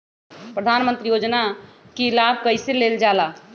प्रधानमंत्री योजना कि लाभ कइसे लेलजाला?